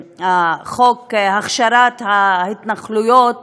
חוק הכשרת ההתנחלויות